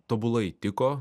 tobulai tiko